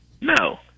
no